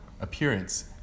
appearance